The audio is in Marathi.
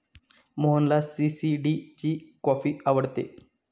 मोहनला सी.सी.डी ची कॉफी आवडते